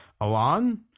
Alon